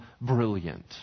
brilliant